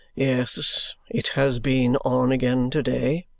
yes. it has been on again to-day,